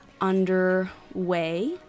underway